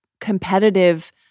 competitive